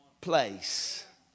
place